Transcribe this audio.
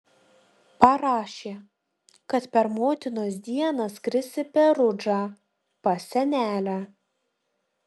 parašė kad per motinos dieną skris į perudžą pas senelę